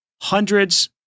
hundreds